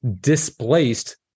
displaced